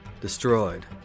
destroyed